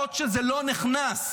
בעוד שזה לא נכנס.